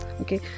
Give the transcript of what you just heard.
Okay